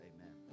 Amen